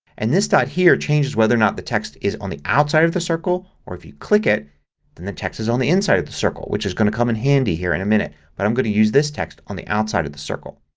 and this dot here changes whether or not the text is on the outside of the circle or if you click it then the text is on the inside of the circle which is going to come in handy here in a minute. but i'm going to use this text on the outside of the circle.